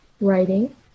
Writing